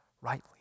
rightly